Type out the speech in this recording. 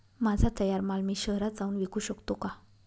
माझा तयार माल मी शहरात जाऊन विकू शकतो का?